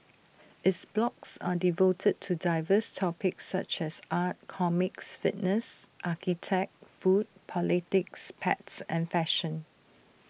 its blogs are devoted to diverse topics such as art comics fitness architect food politics pets and fashion